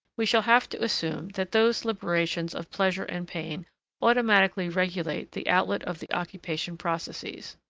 we shall have to assume that those liberations of pleasure and pain automatically regulate the outlet of the occupation processes.